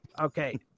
Okay